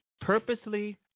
purposely